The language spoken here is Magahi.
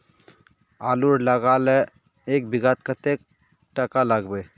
आलूर लगाले एक बिघात कतेक टका लागबे?